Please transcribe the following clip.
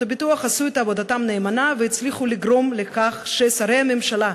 הביטוח עשו את עבודתם נאמנה והצליחו לגרום לכך ששרי הממשלה,